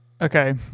Okay